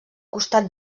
costat